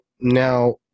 now